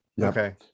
Okay